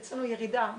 אצלנו ירידה,